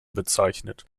bezeichnet